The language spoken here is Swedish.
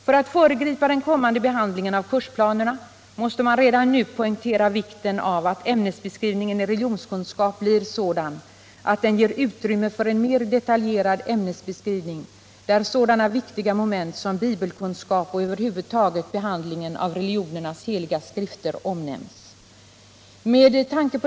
För att föregripa den kommande behandlingen av kursplanerna måste man redan nu poängtera vikten av att ämnesbeskrivningen för religionskunskap blir sådan att den ger utrymme för en mer detaljerad beskrivning av ämnet där sådana viktiga moment som bibelkunskap och över huvud taget behandlingen av religionernas heliga skrifter omnämns.